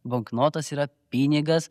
banknotas yra pinigas